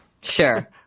sure